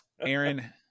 Aaron